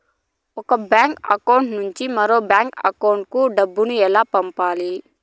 ఒక bank account నుంచి మరొక బ్యాంకు అకౌంట్ కు డబ్బు ఎలా పంపాలి